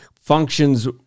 functions